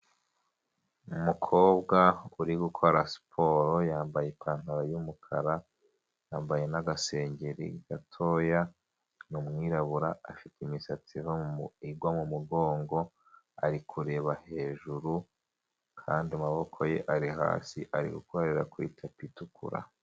Umukobwa uri gukora siporo, yambaye ipantaro y'umukara, yambaye n'agasengeri gatoya, ni umwirabura, afite imisatsi igwa mu mugongo, ari kureba hejuru kandi amaboko ye ari hasi, ari gukorera ku itapi itukura.